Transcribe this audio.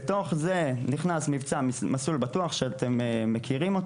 בתוך זה נכנס מבצע "מסלול בטוח", שאתם מכירים.